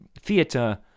theatre